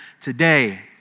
today